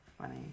funny